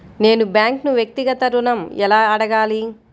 నేను బ్యాంక్ను వ్యక్తిగత ఋణం ఎలా అడగాలి?